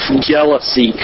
jealousy